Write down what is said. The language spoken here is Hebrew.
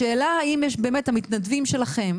השאלה אם באמת המתנדבים שלכם,